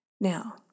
Now